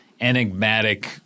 enigmatic